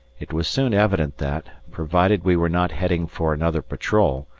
it was soon evident that, provided we were not heading for another patrol,